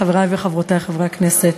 חברי וחברותי חברי הכנסת,